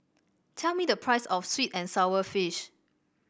tell me the price of sweet and sour fish